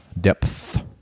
depth